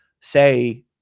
say